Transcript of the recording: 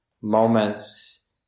moments